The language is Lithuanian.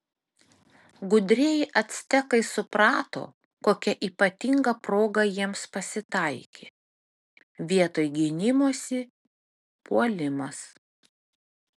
gudrieji actekai suprato kokia ypatinga proga jiems pasitaikė vietoj gynimosi puolimas